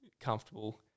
comfortable